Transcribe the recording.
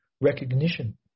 recognition